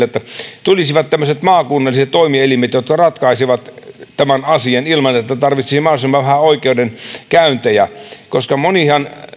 että tulisivat tämmöiset maakunnalliset toimielimet jotka ratkaisevat tämän asian niin että tarvittaisiin mahdollisimman vähän oikeudenkäyntejä moni